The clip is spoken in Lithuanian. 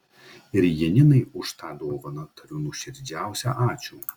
ir janinai už tą dovaną tariu nuoširdžiausią ačiū